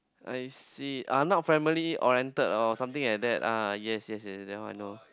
I see are not family oriented or something like that ah yes yes yes yes that one I know